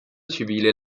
civile